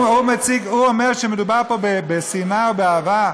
הוא אומר שמדובר פה בשנאה או באהבה?